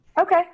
Okay